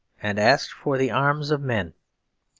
and asked for the arms of men.